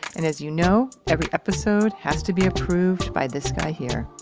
and as you know, every episode has to be approved by this guy here